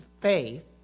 faith